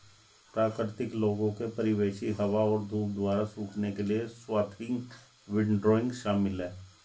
प्राकृतिक लोगों के परिवेशी हवा और धूप द्वारा सूखने के लिए स्वाथिंग विंडरोइंग शामिल है